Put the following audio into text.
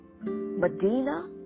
Medina